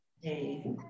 Hey